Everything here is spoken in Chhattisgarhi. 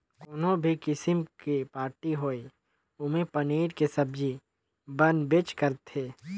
कोनो भी किसिम के पारटी होये ओम्हे पनीर के सब्जी बनबेच करथे